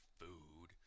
food